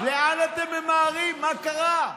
לאן אתם ממהרים, מה קרה?